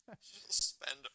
spend